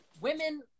Women